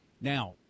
Now